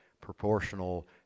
proportional